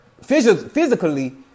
physically